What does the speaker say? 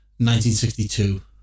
1962